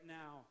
now